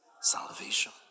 salvation